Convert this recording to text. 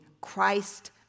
Christ